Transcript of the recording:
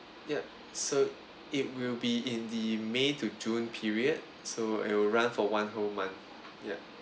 ya so it will be in the may to june period so it'll run for one whole month ya